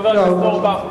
חבר הכנסת אורבך.